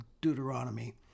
Deuteronomy